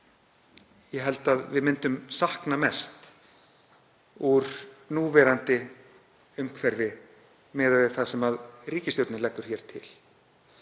ég held að við myndum sakna mest úr núverandi umhverfi miðað við það sem ríkisstjórnin leggur hér til.